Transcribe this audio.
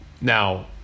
Now